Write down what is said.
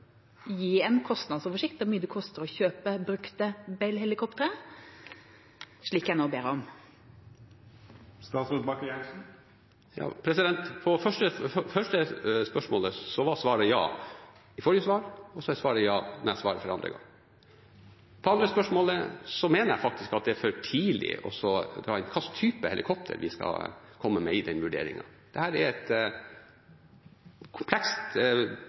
gi en kostnadsoversikt over hvor mye det koster å kjøpe brukte Bell-helikoptre, slik jeg nå ber om? På første spørsmål var svaret ja forrige gang, og så er svaret ja når jeg svarer for andre gang. Til det andre spørsmålet: Jeg mener det faktisk er for tidlig å svare på hva slags type helikopter vi skal komme med i den vurderingen. Dette er et komplekst